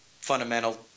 fundamental